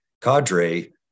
cadre